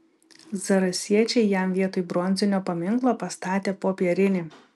zarasiečiai jam vietoj bronzinio paminklo pastatė popierinį